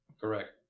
Correct